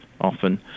often